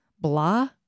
blah